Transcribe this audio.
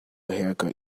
haircut